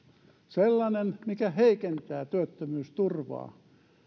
sellainen mikä heikentää työttömyysturvaa